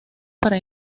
para